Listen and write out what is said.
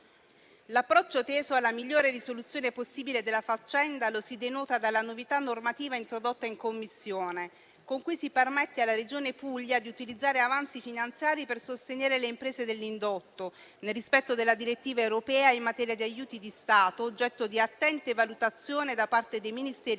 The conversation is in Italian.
L'approccio teso alla migliore risoluzione possibile della faccenda lo si denota dalla novità normativa introdotta in Commissione, con cui si permette alla Regione Puglia di utilizzare avanzi finanziari per sostenere le imprese dell'indotto, nel rispetto della direttiva europea in materia di aiuti di Stato, oggetto di attente valutazioni da parte dei Ministeri